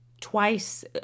twice